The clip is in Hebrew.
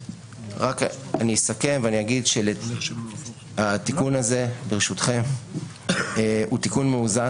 אני אסכם ואגיד שהתיקון הזה הוא תיקון מאוזן,